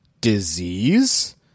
disease